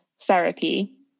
therapy